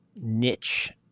niche